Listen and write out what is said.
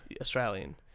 Australian